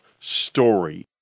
story